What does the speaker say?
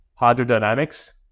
hydrodynamics